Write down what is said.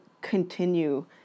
continue